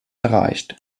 erreicht